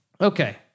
Okay